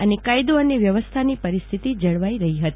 અને કાયદો તથા વ્યવસ્થાની પરિસ્થિતિ જળવાઈ રહી હતી